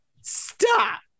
stop